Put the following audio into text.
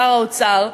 שר האוצר.